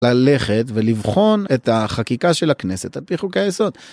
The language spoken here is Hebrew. ללכת ולבחון את החקיקה של הכנסת על פי חוקי היסוד.